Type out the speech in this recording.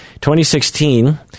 2016